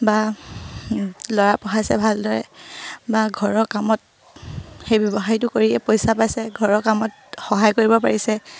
বা ল'ৰা পঢ়াইছে ভালদৰে বা ঘৰৰ কামত সেই ব্যৱসায়টো কৰিয়ে পইচা পাইছে ঘৰৰ কামত সহায় কৰিব পাৰিছে